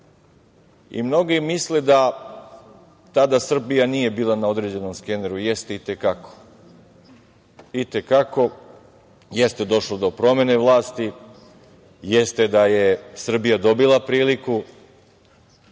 Mnogi misle da tada Srbija nije bila na određenom skeneru. Jeste i te kako. I te kako, jeste došlo do promene vlasti, jeste da je Srbija dobila priliku,